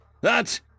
That